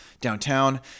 downtown